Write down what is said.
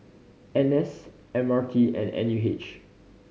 N S M R T and N U H